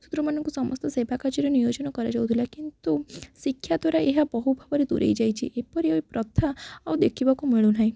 ଚିତ୍ରମାନଙ୍କୁ ସମସ୍ତ ସେବା କାର୍ଯ୍ୟରେ ନିୟୋଜନ କରାଯାଉଥିଲା କିନ୍ତୁ ଶିକ୍ଷା ଦ୍ୱାରା ଏହା ବହୁ ଭାବରେ ଦୂରେଇ ଯାଇଛି ଏପରି ଏ ପ୍ରଥା ଆଉ ଦେଖିବାକୁ ମିଳୁନାହିଁ